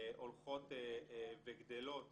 הולכות וגדלות